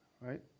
Right